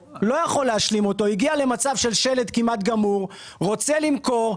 הוא הגיע למצב של שלד כמעט גמור ורוצה למכור.